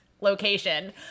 location